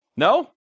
No